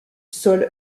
sol